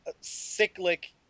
cyclic